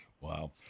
Wow